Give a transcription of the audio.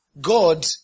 God